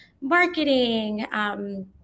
marketing